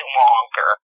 longer